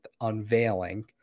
unveiling